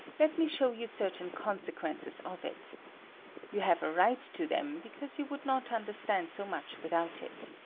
let me show you certain consequences of it you have a right to them, because you would not under stand so much without it.